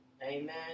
Amen